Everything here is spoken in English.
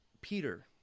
Peter